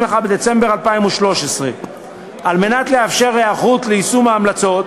בדצמבר 2013. כדי לאפשר היערכות ליישום ההמלצות,